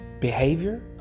behavior